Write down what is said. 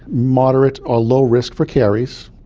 moderate or low risk for caries.